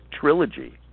trilogy